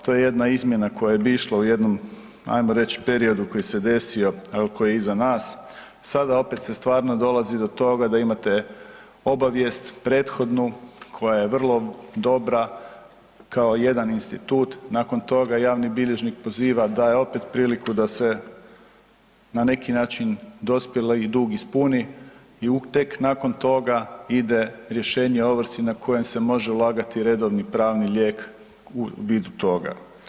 To je jedna izmjena koja bi išla u jednom ajmo reći periodu koji se desio, a koji je iza nas, sada opet se stvarno dolazi do toga da imate obavijest prethodnu koja je vrlo dobra, kao jedan institut, nakon toga javni bilježnik poziva, daje opet priliku da se na neki način dospjeli dug ispuni i tek nakon toga ide rješenje o ovrsi na koje se može ulagati redovni pravni lijek u vid toga.